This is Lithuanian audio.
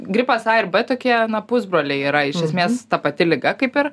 gripas a ir b tokie na pusbroliai yra iš esmės ta pati liga kaip ir